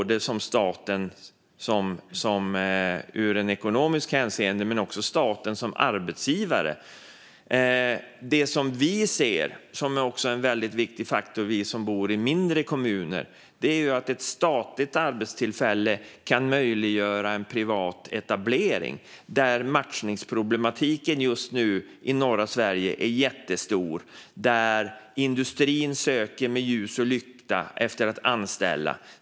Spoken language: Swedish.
Det här handlar om ekonomi men också om staten som arbetsgivare. Vi som bor i mindre kommuner ser en viktig faktor i att statliga arbetstillfällen kan möjliggöra privat etablering. Matchningsproblematiken i norra Sverige är just nu jättestor. Industrin söker med ljus och lykta efter folk att anställa.